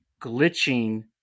glitching